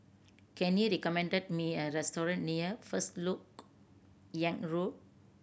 can you recommend me a restaurant near First Lok Yang Road